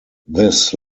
this